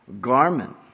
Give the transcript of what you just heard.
garment